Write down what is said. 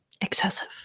excessive